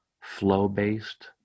flow-based